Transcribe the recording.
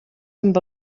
amb